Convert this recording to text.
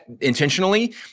intentionally